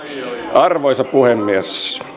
arvoisa puhemies